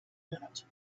minute